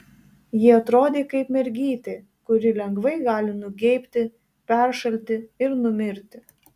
ji atrodė kaip mergytė kuri lengvai gali nugeibti peršalti ir numirti